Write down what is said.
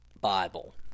Bible